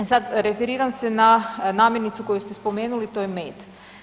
I sad referiram se na namirnicu koju ste spomenuli, to je med.